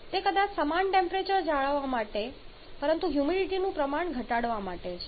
તે કદાચ સમાન ટેમ્પરેચર જાળવવા માટે પરંતુ હ્યુમિડિટીનું પ્રમાણ ઘટાડવા માટે છે